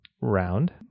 round